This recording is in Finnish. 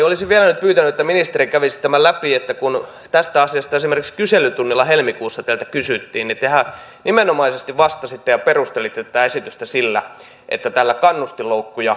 olisin vielä nyt pyytänyt että ministeri kävisi tämän läpi sillä kun tästä asiasta esimerkiksi kyselytunnilla helmikuussa teiltä kysyttiin niin tehän nimenomaisesti vastasitte ja perustelitte tätä esitystä sillä että tällä kannustinloukkuja puretaan